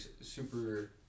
super